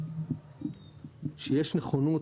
שיש נכונות